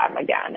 again